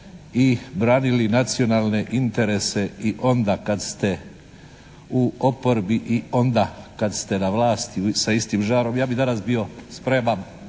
i branili nacionalne interese i onda kad ste u oporbi i onda kad ste na vlasti sa istim žarom ja bih danas bio spreman